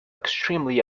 extremely